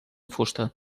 fusta